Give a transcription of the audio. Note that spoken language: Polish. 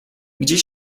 gdzie